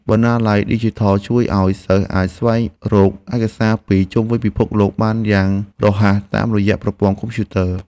បណ្ណាល័យឌីជីថលជួយឱ្យសិស្សអាចស្វែងរកឯកសារពីជុំវិញពិភពលោកបានយ៉ាងរហ័សតាមរយៈប្រព័ន្ធកុំព្យូទ័រ។